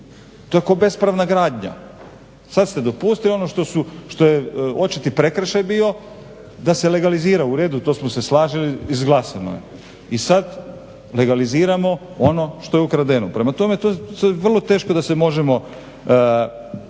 To je kao bespravna gradnja. Sada ste dopustili ono što je očiti prekršaj bio da se legalizira. Uredu to smo se složili izglasano je i sada legaliziramo ono što je ukradeno. Prema tome to je vrlo teško da se možemo